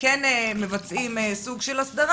כן מבצעים סוג של הסדרה,